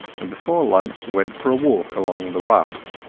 and before lunch went for a walk along the ruff.